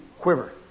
quiver